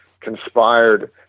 conspired